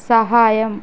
సహాయం